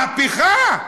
מהפכה?